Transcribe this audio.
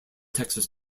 texas